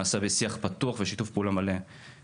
הדברים האלה נעשים בשיח פתוח ושיתוף פעולה מלא מול